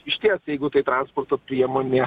išties jeigu tai transporto priemonė